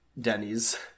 Denny's